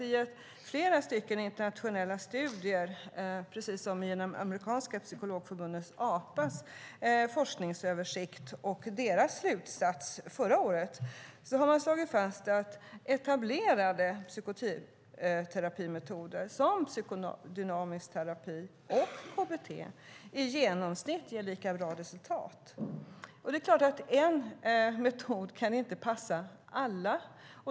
I flera internationella studier, precis som i forskningsöversikten från det amerikanska psykologförbundet APA och deras slutsats förra året, har det slagits fast att etablerade psykoterapimetoder som psykodynamisk terapi och KBT i genomsnitt ger lika bra resultat. Det är klart att en metod inte kan passa alla.